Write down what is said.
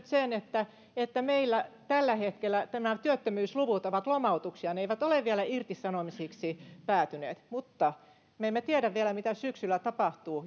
sen että että meillä tällä hetkellä nämä työttömyysluvut ovat lomautuksia ne eivät ole vielä irtisanomisiksi päätyneet mutta me emme tiedä vielä mitä syksyllä tapahtuu